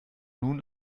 nun